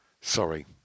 Sorry